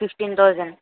fifteen thousand